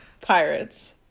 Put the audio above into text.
Pirates